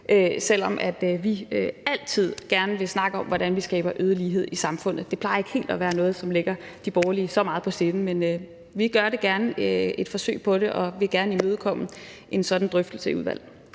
selv om vi altid gerne vil snakke om, hvordan vi skaber øget lighed i samfundet. Det plejer ikke at være noget, som ligger de borgerlige helt så meget på sinde, men vi gør gerne et forsøg på det og vil gerne imødekomme en sådan drøftelse i udvalget.